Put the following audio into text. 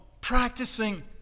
practicing